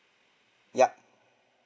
yup